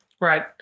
Right